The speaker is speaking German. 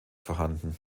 vorhanden